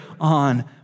on